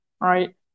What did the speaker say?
Right